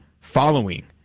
following